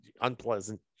unpleasant